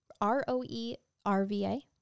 R-O-E-R-V-A